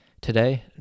today